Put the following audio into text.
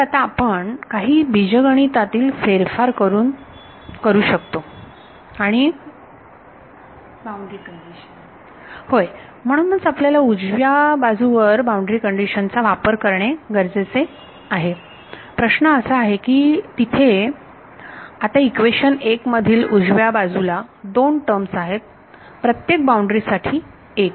तर आता आपण काही बीजगणितातील फेरफार करू शकतो आणि विद्यार्थी अ बाउंड्री कंडिशन होय म्हणूनच आपल्याला उजव्या बाजू वर बाउंड्री कंडिशन चा वापर करणे गरजेचे आहे प्रश्न असा आहे की तिथे आता इक्वेशन एक मधील उजव्या बाजूला दोन टर्म आहेत प्रत्येक बाउंड्री साठी एक